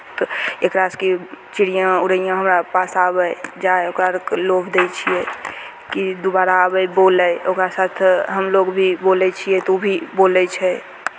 क् एकरासँ कि चिड़ियाँ उड़ैयाँ हमरा पास आबय जाय ओकरा लोभ दै छियै कि दुबारा आबय बोलय ओकरा साथ हमलोग भी बोलै छियै तऽ ओ भी बोलै छै